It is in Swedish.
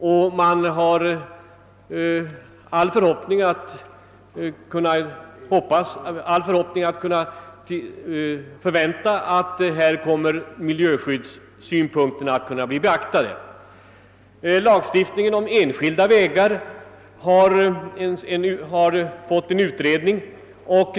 Det finns anledning till en förhoppning, att miljöskyddssynpunkterna där kommer att bli beaktade. Lagstiftningen om enskilda vägar är föremål för en utredning.